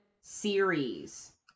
series